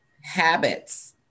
habits